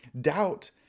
doubt